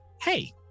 hey